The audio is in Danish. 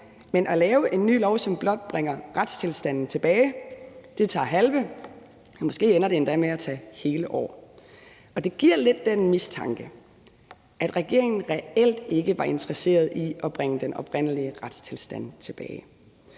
men at lave en ny lov, som blot bringer retstilstanden tilbage, tager halve og ender måske endda med at tage hele år. Det giver lidt en den mistanke, at regeringen reelt ikke var interesseret i at bringe den oprindelige retstilstand tilbage.